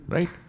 Right